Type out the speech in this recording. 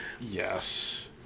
yes